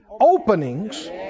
openings